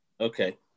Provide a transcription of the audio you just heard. Okay